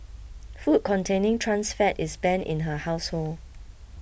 food containing trans fat is banned in her household